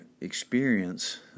experience